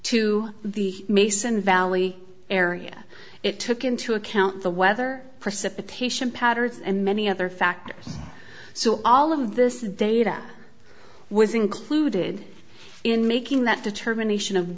to the mason valley area it took into account the weather precipitation patters and many other factors so all of this data was included in making that determination of